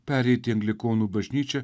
pereit į anglikonų bažnyčią